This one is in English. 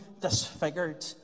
disfigured